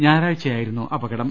ഞായറാഴ്ച്ചയായിരുന്നു അപ കടം